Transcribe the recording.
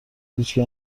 هیچکی